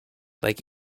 like